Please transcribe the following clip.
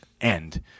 end